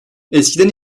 eskiden